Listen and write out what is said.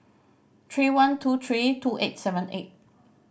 three one two three two eight seven eight